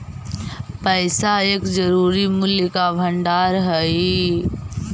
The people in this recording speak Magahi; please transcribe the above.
पैसा एक जरूरी मूल्य का भंडार हई